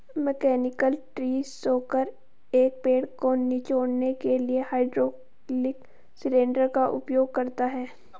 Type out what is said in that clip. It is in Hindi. मैकेनिकल ट्री शेकर, एक पेड़ को निचोड़ने के लिए हाइड्रोलिक सिलेंडर का उपयोग करता है